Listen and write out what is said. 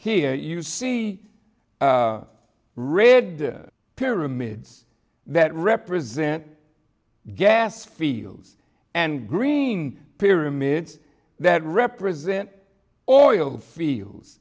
here you see red pyramids that represent gas fields and green pyramids that represent oil fields